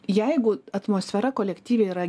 jeigu atmosfera kolektyve yra